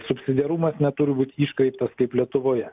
subsidiarumas neturi būt iškreiptas kaip lietuvoje